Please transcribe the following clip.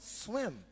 swim